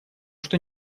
что